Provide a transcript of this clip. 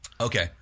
Okay